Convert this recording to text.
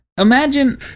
imagine